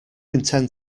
intend